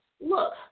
Look